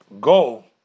goal